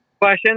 Question